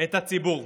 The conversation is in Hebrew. את הציבור.